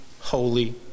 holy